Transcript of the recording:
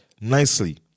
nicely